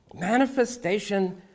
manifestation